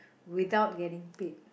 without getting paid